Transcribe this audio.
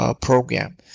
program